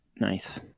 Nice